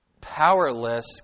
powerless